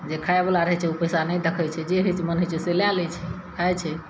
जे खाय बला रहै छै ओ पैसा नहि देखै छै जे हइ छै मोन होइ छै से लए लै छै खाय छै